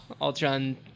ultron